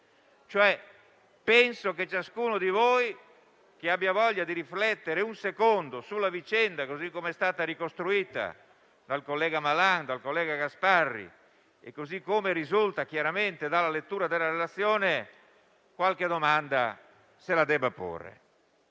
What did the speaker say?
Penso che chiunque di voi abbia voglia di riflettere per un istante sulla vicenda così come è stata ricostruita dal senatore Malan e dal senatore Gasparri e così come risulta chiaramente dalla lettura della relazione, qualche domanda se la debba porre.